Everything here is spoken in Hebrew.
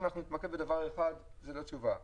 אם אנחנו נתמקד בדבר אחד לא נקבל תשובה.